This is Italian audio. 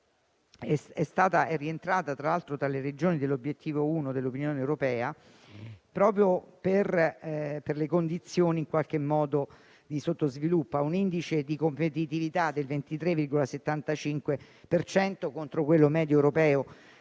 tra l'altro, tra le Regioni dell'obiettivo 1 dell'Unione europea proprio per le sue condizioni di sottosviluppo: ha un indice di competitività del 23,75 per cento, contro quello medio europeo